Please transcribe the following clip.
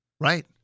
Right